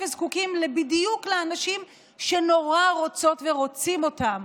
וזקוקים בדיוק לאנשים שנורא רוצות ורוצים אותם,